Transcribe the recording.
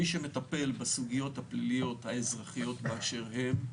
מי שמטפל בסוגיות הפליליות האזרחיות באשר הן,